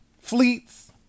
Fleets